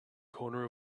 corner